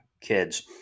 kids